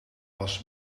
was